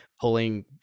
pulling